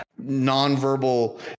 nonverbal